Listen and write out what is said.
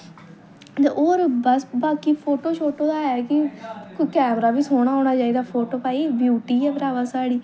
ते होर बस बाकी फोटो शोटो ऐ कि कोई कैमरा बी सोह्ना होना चाहिदा फोटो भाई ब्यूटी ऐ भ्रावा साढ़ी